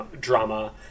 drama